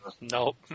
Nope